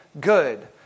good